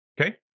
Okay